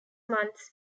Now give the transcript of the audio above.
months